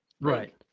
Right